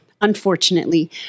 unfortunately